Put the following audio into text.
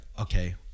okay